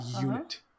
unit